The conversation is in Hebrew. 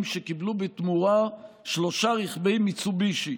שקיבלו בתמורה שלושה רכבי מיצובישי,